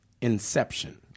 Inception